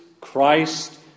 Christ